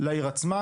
לעיר עצמה.